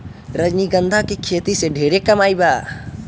रजनीगंधा के खेती से ढेरे कमाई बा